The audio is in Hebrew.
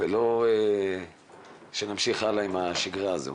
ולא שנמשיך הלאה עם השגרה הזו.